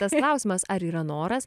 tas klausimas ar yra noras